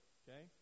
okay